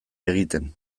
egiten